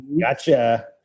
Gotcha